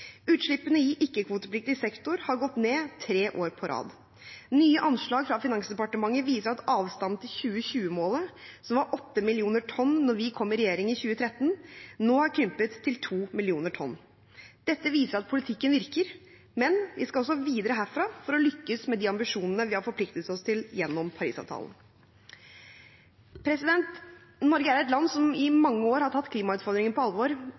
Utslippene i ikke-kvotepliktig sektor har gått ned tre år på rad. Nye anslag fra Finansdepartementet viser at avstanden til 2020-målet, som var 8 millioner tonn da vi kom i regjering i 2013, nå har krympet til 2 millioner tonn. Dette viser at politikken virker, men vi skal også videre herfra for å lykkes med de ambisjonene vi har forpliktet oss til gjennom Paris-avtalen. Norge er et land som i mange år har tatt klimautfordringen på alvor.